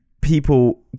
people